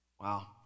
Wow